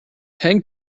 hang